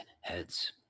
heads